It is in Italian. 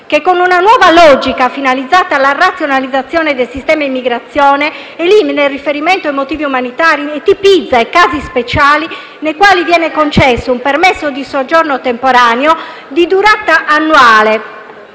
che con una nuova logica, finalizzata alla razionalizzazione del sistema immigrazione, elimina il riferimento ai motivi umanitari, tipizza i casi speciali nei quali viene concesso un permesso di soggiorno temporaneo di durata annuale,